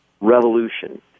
Revolution